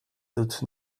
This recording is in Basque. dut